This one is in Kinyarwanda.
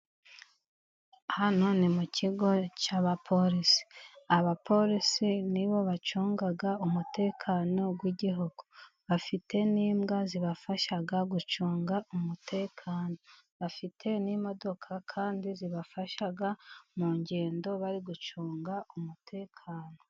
Hano ni mu kigo cy'abaporisi, abaporisi nibo bacunga umutekano w'igihugu, bafite n'imbwa zibafasha gucunga umutekano, bafite n'imodoka kandi zibafasha mu ngendo, bari gucunga umutekano.